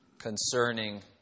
concerning